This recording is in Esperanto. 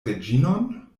reĝinon